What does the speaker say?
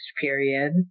period